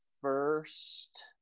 first